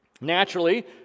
Naturally